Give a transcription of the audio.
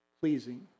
pleasing